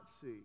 see